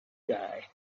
guy